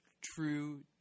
true